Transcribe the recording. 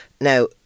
Now